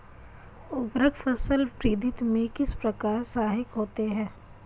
उर्वरक फसल वृद्धि में किस प्रकार सहायक होते हैं?